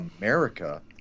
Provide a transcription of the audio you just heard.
America